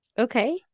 Okay